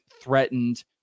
threatened